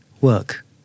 work